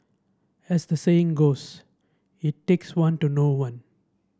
as the saying goes it takes one to know one